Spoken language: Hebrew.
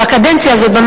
בקדנציה הזאת,